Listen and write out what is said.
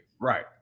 Right